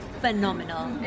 Phenomenal